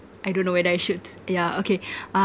I don't know whether I should ya okay